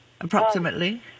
approximately